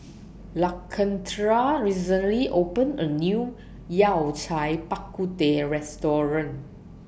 Lakendra recently opened A New Yao Cai Bak Kut Teh Restaurant